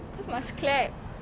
cause must clap